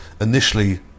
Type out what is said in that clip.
initially